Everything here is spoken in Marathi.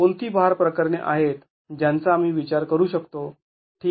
कोणती भार प्रकरणे आहेत ज्यांचा आम्ही विचार करू शकतो